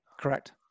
Correct